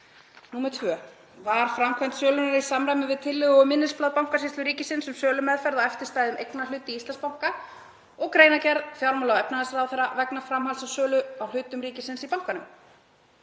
2. Var framkvæmd sölunnar í samræmi við tillögu og minnisblað Bankasýslu ríkisins um sölumeðferð á eftirstæðum eignarhlut í Íslandsbanka og greinargerð fjármála- og efnahagsráðherra vegna framhalds á sölu á hlutum ríkisins í bankanum?